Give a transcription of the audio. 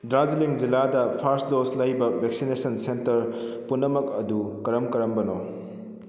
ꯗꯥꯔꯖꯤꯂꯤꯡ ꯖꯤꯜꯂꯥꯗ first dose ꯂꯩꯕ vaccination centre ꯄꯨꯝꯅꯃꯛ ꯑꯗꯨ ꯀꯔꯝ ꯀꯔꯝꯕꯅꯣ